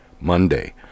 Monday